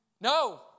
No